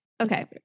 Okay